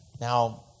Now